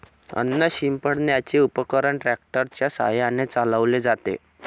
अन्न शिंपडण्याचे उपकरण ट्रॅक्टर च्या साहाय्याने चालवले जाते